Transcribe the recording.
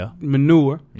manure